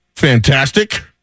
Fantastic